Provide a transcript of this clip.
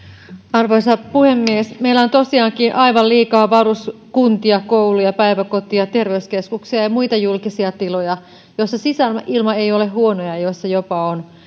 arvoisa puhemies meillä on tosiaankin aivan liikaa varuskuntia kouluja päiväkoteja terveyskeskuksia ja muita julkisia tiloja joissa sisäilma on huono ja joissa jopa on